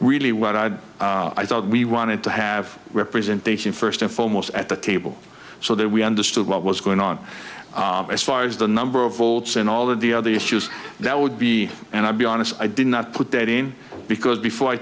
really what i had i thought we wanted to have representation first and foremost at the table so that we understood what was going on as far as the number of bolts and all of the other issues that would be and i'll be honest i did not put that in because before i